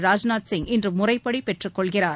ராஜ்நாத் சிங் இன்று முறைப்படி பெற்றுக் கொள்கிறார்